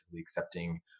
accepting